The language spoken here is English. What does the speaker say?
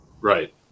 Right